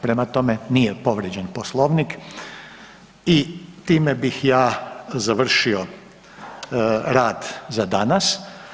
Prema tome, nije povrijeđen Poslovnik i time bih ja završio rad za danas.